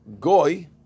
Goy